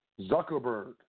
Zuckerberg